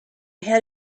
had